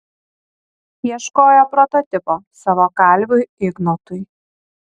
ieškojo prototipo savo kalviui ignotui